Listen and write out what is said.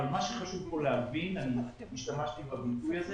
אבל מה שחשוב כאן להבין השתמשתי בביטוי הזה